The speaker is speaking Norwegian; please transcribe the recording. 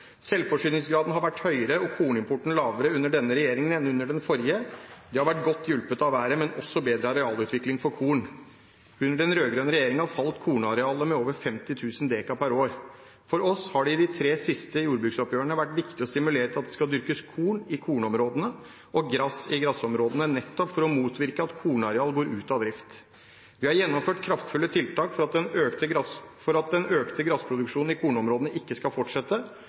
Selvforsyningsgraden har vært høyere og kornimporten lavere under denne regjeringen enn under den forrige. Det har vært godt hjulpet av været, men også av bedre arealutvikling for korn. Under den rød-grønne regjeringen falt kornarealet med over 50 000 dekar per år. For oss har det i de tre siste jordbruksoppgjørene vært viktig å stimulere til at det skal dyrkes korn i kornområdene og gras i grasområdene, nettopp for å motvirke at kornareal går ut av drift. Vi har gjennomført kraftfulle tiltak for at den økte grasproduksjonen i kornområdene ikke skal fortsette, bl.a. ved å fjerne subsidieringen av grasarealer i